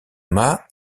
mât